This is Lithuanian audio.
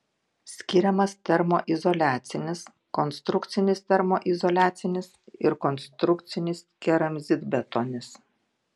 skiriamas termoizoliacinis konstrukcinis termoizoliacinis ir konstrukcinis keramzitbetonis